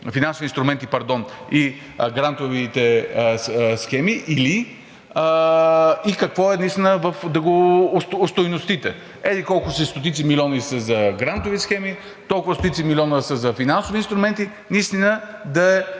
финансови инструменти и грантовите схеми и какво е наистина да го остойностите? Еди-колко си стотици милиони са за грантови схеми, толкова стотици милиони са за финансови инструменти, наистина да е